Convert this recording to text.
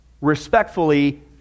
Respectfully